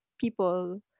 people